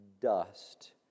dust